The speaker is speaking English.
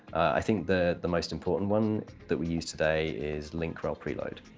i think the the most important one that we use today is link rel preload.